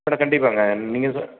madam கண்டிப்பாங்க நீங்கள் சொ